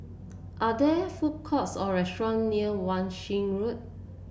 are there food courts or restaurants near Wan Shih Road